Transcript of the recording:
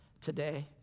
today